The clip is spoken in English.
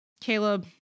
Caleb